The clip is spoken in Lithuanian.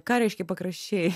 ką reiškia pakraščiai